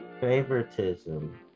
favoritism